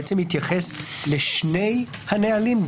מתייחס לשני הנהלים,